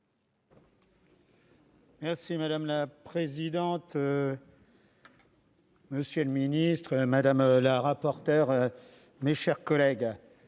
Madame la présidente, monsieur le ministre, madame la rapporteure, mes chers collègues,